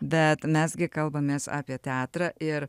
bet mes gi kalbamės apie teatrą ir